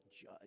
judge